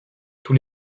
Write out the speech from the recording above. tous